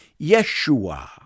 yeshua